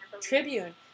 Tribune